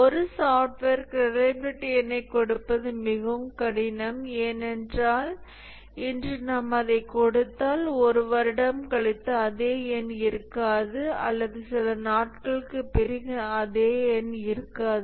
ஒரு சாஃப்ட்வேருக்கு ரிலையபிலிட்டி எண்ணைக் கொடுப்பது மிகவும் கடினம் ஏனென்றால் இன்று நாம் அதைக் கொடுத்தால் ஒரு வருடம் கழித்து அதே எண் இருக்காது அல்லது சில நாட்களுக்குப் பிறகு அதே எண் இருக்காது